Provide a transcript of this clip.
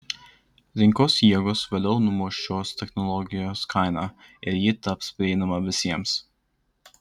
rinkos jėgos vėliau numuš šios technologijos kainą ir ji taps prieinama visiems